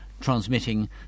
transmitting